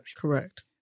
Correct